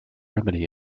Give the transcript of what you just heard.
remedy